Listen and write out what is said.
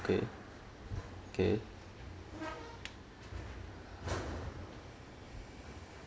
okay okay